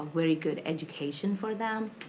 very good education for them,